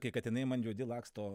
kai katinai man juodi laksto